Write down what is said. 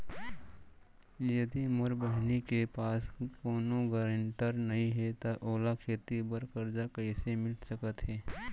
यदि मोर बहिनी के पास कोनो गरेंटेटर नई हे त ओला खेती बर कर्जा कईसे मिल सकत हे?